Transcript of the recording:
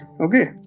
Okay